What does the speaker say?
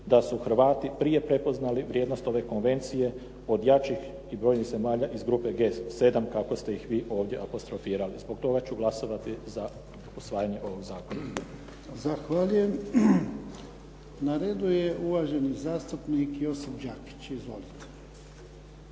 da su Hrvati prije prepoznali vrijednost ove konvencije od jačih i brojnih zemalja iz grupe G7 kako ste ih vi ovdje apostrofirali. Zbog toga ću glasovati za usvajanje ovog zakona. **Jarnjak, Ivan (HDZ)** Zahvaljujem. Na redu je uvaženi zastupnik Josip Đakić. Izvolite.